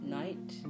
night